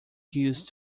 used